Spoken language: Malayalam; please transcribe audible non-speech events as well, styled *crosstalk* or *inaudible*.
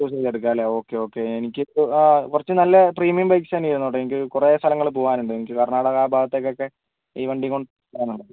*unintelligible* എടുക്കാം അല്ലേ ഓക്കെ ഓക്കെ എനിക്ക് ആ കുറച്ച് നല്ല പ്രീമിയം ബൈക്സ് തന്നെ ഇരുന്നോട്ടെ എനിക്ക് കുറേ സ്ഥലങ്ങളിൽ പോവാനുണ്ട് എനിക്ക് കർണാടക ആ ഭാഗത്തേക്കൊക്കെ ഈ വണ്ടി കൊണ്ട് പോവാനാണ്